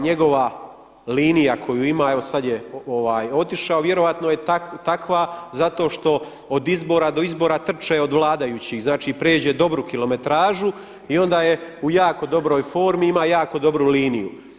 Njegova linija koju ima, evo sad je otišao, vjerojatno je takva zato što od izbora do izbora trče od vladajućih, znači prijeđe dobru kilometražu i onda je u jako dobroj formi, ima jako dobru liniju.